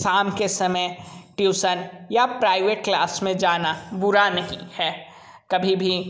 शाम के समय ट्यूसन या प्राइवेट क्लास में जाना बुरा नहीं है कभी भी